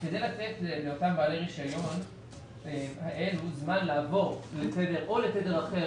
כדי לתת לאתם בעלי רישיון כאלה זמן לעבור לתדר אחר